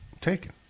taken